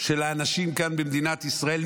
של האנשים כאן במדינת ישראל,